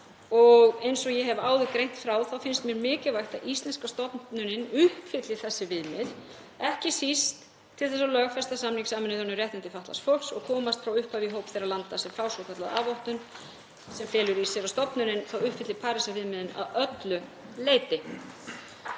Eins og ég hef áður greint frá þá finnst mér mikilvægt að íslenska stofnunin uppfylli þessi viðmið, ekki síst til þess að lögfesta samning Sameinuðu um réttindi fatlaðs fólks og komast frá upphafi í hóp þeirra landa sem fá svokallaða A-vottun, sem felur í sér að stofnunin uppfyllir Parísarviðmiðin að öllu leyti.